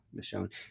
Michonne